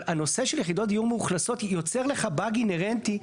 אבל הנושא של יחידות דיור מאוכלסות יוצר לך באג אינהרנטי,